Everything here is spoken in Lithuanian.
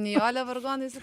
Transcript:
nijolė vargonais